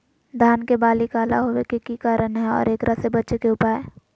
धान के बाली काला होवे के की कारण है और एकरा से बचे के उपाय?